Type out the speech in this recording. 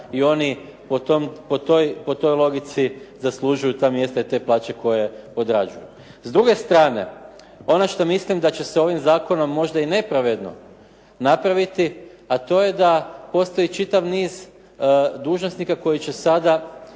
i oni po toj logici zaslužuju ta mjesta i te plaće koje odrađuju. S druge strane, ono što mislim da će se ovim zakonom možda i nepravedno napraviti a to je da postoji čitav niz dužnosnika koji će sada